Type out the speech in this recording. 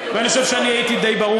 ואני חושב שאני הייתי די ברור.